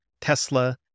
Tesla